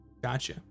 Gotcha